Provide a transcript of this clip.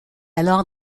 alors